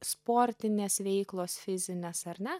sportinės veiklos fizinės ar ne